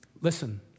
Listen